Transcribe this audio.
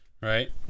right